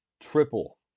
triple